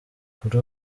kuri